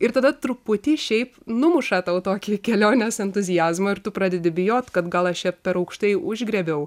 ir tada truputį šiaip numuša tau tokį kelionės entuziazmą ir tu pradedi bijot kad gal aš čia per aukštai užgriebiau